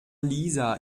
lisa